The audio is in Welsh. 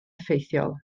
effeithiol